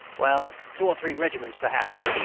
well, two or three regiments perhaps,